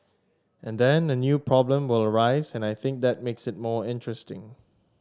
and then a new problem will arise and I think that makes it more interesting